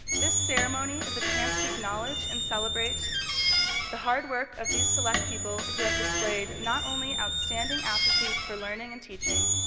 this ceremony is a chance to acknowledge and celebrate the hard work of these select people who have displayed not only outstanding aptitude for learning and teaching,